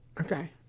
Okay